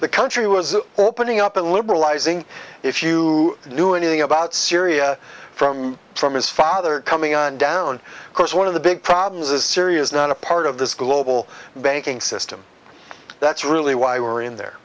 the country was opening up a liberalizing if you knew anything about syria from from his father coming on down course one of the big problems is syria is not a part of this global banking system that's really why we're in there